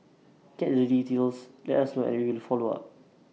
get the details let us and we will follow up